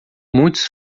muitos